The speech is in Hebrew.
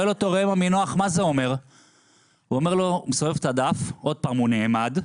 הוא מסובב את הדף, עוד פעם הוא נעמד,